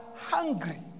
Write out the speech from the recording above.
hungry